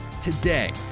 Today